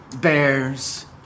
bears